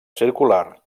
circular